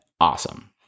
awesome